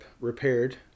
repaired